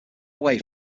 away